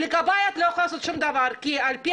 לגביי את לא יכולה לעשות שום דבר כי על פי